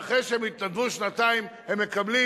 שאחרי שהם התנדבו שנתיים הם מקבלים